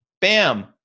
bam